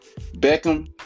Beckham